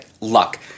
luck